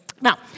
Now